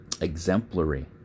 Exemplary